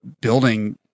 building